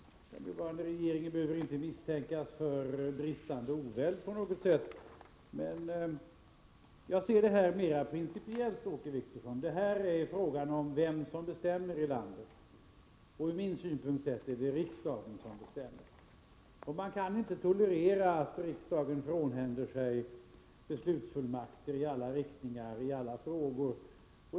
Den nuvarande regeringen behöver inte misstänkas för bristande oväld på något sätt. Men jag ser detta mera principiellt, Åke Wictorsson. Det är fråga om vem som bestämmer i landet. Ur min synpukt — Prot. 1987/88:133 sett är det riksdagen som bestämmer. Man kan inte tolerera att riksdagen ger — 3 juni 1988 beslutsfullmakter i alla riktningar i alla frågor.